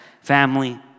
Family